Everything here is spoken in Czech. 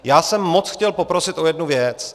Já jsem moc chtěl poprosit o jednu věc.